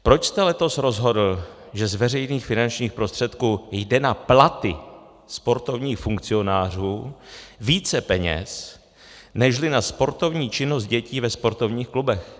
Proč jste letos rozhodl, že z veřejných finančních prostředků jde na platy sportovních funkcionářů více peněz nežli na sportovní činnost dětí ve sportovních klubech?